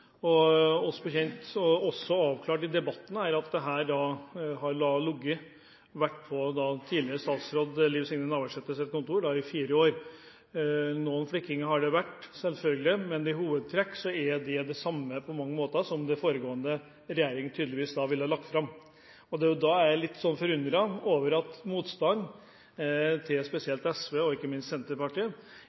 Oss bekjent – og det ble også avklart i debatten – har dette ligget på tidligere statsråd Liv Signe Navarsetes kontor i fire år. Noe flikking har det vært, selvfølgelig, men i hovedtrekk er det på mange måter det samme som foregående regjering tydeligvis ville lagt fram. Da er jeg litt forundret over at motstanden til spesielt SV, og ikke minst Senterpartiet,